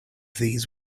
these